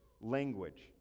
language